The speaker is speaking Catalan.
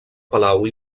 palau